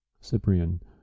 Cyprian